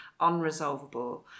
unresolvable